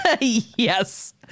yes